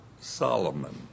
Solomon